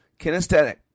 Kinesthetic